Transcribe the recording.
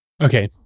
Okay